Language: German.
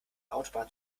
autobahn